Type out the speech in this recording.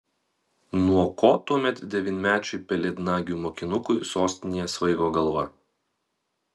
nuo ko tuomet devynmečiui pelėdnagių mokinukui sostinėje svaigo galva